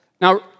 Now